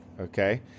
Okay